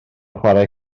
chwarae